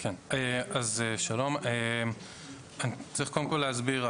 שלום, צריך להסביר,